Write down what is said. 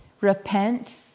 repent